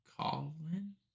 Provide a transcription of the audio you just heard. Colin